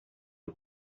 una